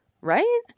right